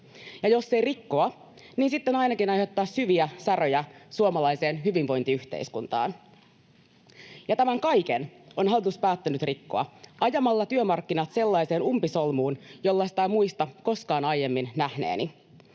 Ja jos ei rikkoa, niin sitten ainakin aiheuttaa syviä säröjä suomalaiseen hyvinvointiyhteiskuntaan. Ja tämän kaiken on hallitus päättänyt rikkoa ajamalla työmarkkinat sellaiseen umpisolmuun, jollaista en muista koskaan aiemmin nähneeni.